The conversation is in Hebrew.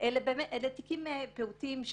אלה תיקים פעוטים,